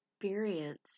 experience